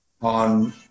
on